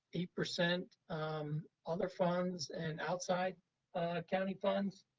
eight percent other funds and outside county funds.